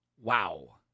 Wow